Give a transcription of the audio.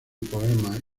poemas